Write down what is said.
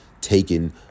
taken